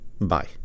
Bye